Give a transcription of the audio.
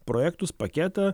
projektus paketą